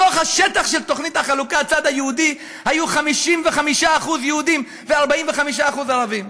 בתוך השטח של תוכנית החלוקה בצד היהודי היו 55% יהודים ו-45% ערבים.